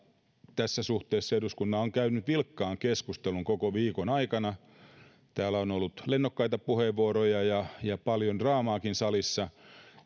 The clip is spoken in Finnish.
tässä suhteessa eduskunta on käynyt vilkasta keskustelua koko viikon ajan täällä on ollut lennokkaita puheenvuoroja ja ja paljon draamaakin salissa